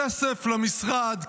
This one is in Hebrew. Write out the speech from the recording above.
כסף למשרד,